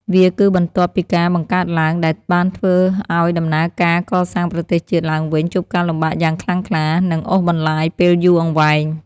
វាគឺបន្ទាប់ពីការបង្កើតឡើង ដែលបានធ្វើឱ្យដំណើរការកសាងប្រទេសជាតិឡើងវិញជួបការលំបាកយ៉ាងខ្លាំងក្លា និងអូសបន្លាយពេលយូរអង្វែង។